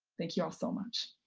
thank you all so much.